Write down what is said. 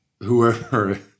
whoever